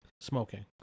smoking